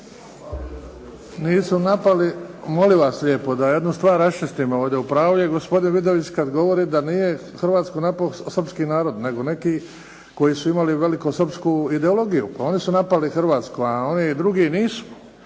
Nisu napali. Molim vas lijepo da jednu stvar raščistimo ovdje. U pravu je gospodin Vidović kad govori da nije Hrvatsku napao srpski narod, nego neki koji su imali velikosrpsku ideologiju. Pa oni su napali Hrvatsku, a oni drugi nisu.